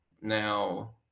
now